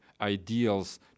ideals